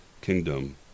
kingdom